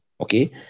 okay